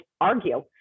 argue